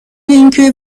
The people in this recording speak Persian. اینکه